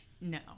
No